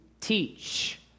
teach